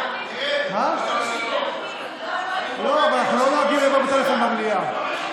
לא, אבל אנחנו לא נוהגים לדבר בטלפון במליאה.